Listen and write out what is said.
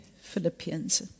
Philippians